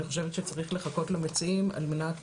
אני חושבת שצריך לחכות למציעים על מנת